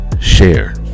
Share